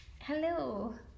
Hello